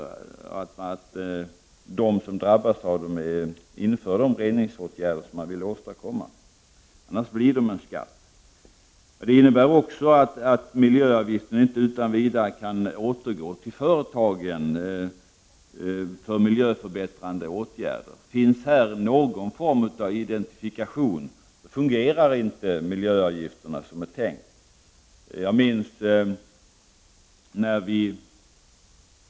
De företag som drabbas av avgift skall då införa de reningsåtgärder som man vill åstadkomma, annars bli det en skatt. Detta innebär att de medel som har inkommit genom miljöavgifter inte utan vidare kan återgå till företagen för miljöförbättrande åtgärder. Om det finns någon form av identifikation fungerar inte miljöavgifterna som det är tänkt.